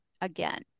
again